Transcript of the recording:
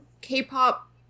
K-pop